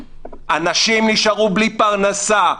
אנשים נשארו בלי פרנסה,